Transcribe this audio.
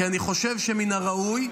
כי אני חושב שמן הראוי,